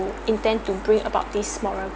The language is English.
intend to bring about this moral